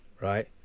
right